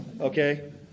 okay